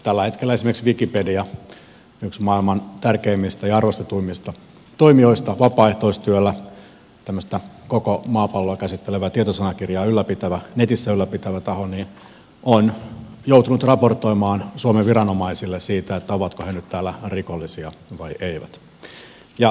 tällä hetkellä esimerkiksi wikipedia yksi maailman tärkeimmistä ja arvostetuimmista toimijoista vapaaehtoistyöllä tämmöistä koko maapalloa käsittelevää tietosanakirjaa netissä ylläpitävä taho on joutunut raportoimaan suomen viranomaisille siitä ovatko he nyt täällä rikollisia vai eivät